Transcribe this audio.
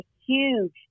huge